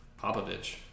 Popovich